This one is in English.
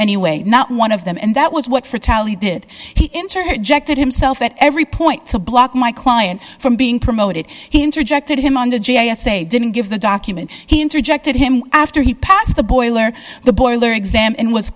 any way not one of them and that was what for tally did he interjected himself at every point to block my client from being promoted he interjected him on to j s a didn't give the document he interjected him after he passed the boiler the boiler exam and was